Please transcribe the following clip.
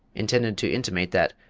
intended to intimate that,